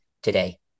today